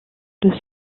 deux